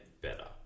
better